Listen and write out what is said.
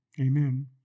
Amen